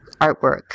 artwork